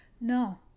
No